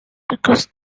across